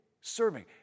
serving